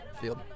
field